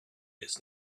his